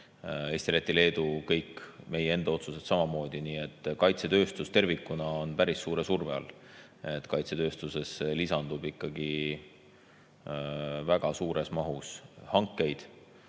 Eesti, Läti, Leedu – kõik meie enda otsused samamoodi. Kaitsetööstus tervikuna on päris suure surve all, kaitsetööstusesse lisandub ikkagi väga suures mahus hankeid.